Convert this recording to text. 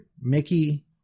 mickey